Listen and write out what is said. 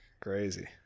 Crazy